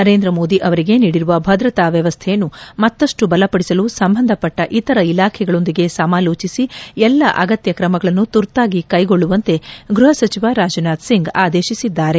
ನರೇಂದ್ರ ಮೋದಿ ಅವರಿಗೆ ನೀಡಿರುವ ಭದ್ರತಾ ವ್ಯವಸ್ಥೆಯನ್ನು ಮತ್ತಷ್ಟು ಬಲಪಡಿಸಲು ಸಂಬಂಧಪಟ್ಟ ಇತರ ಇಲಾಖೆಗಳೊಂದಿಗೆ ಸಮಾಲೋಟಿಸಿ ಎಲ್ಲಾ ಅಗತ್ಯ ಕ್ರಮಗಳನ್ನು ತುರ್ತಾಗಿ ಕ್ಲೆಗೊಳ್ಳುವಂತೆ ಗೃಹಸಚಿವ ರಾಜನಾಥ್ ಸಿಂಗ್ ಆದೇಶಿಸಿದ್ದಾರೆ